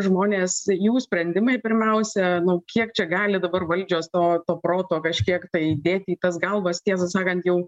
žmonės jų sprendimai pirmiausia kiek čia gali dabar valdžios to to proto kažkiek tai įdėti į tas galvas tiesą sakant jau